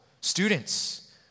Students